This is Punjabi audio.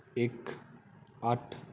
ਇੱਕ ਅੱਠ